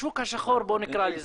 השוק השחור בוא נקרא לזה.